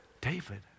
David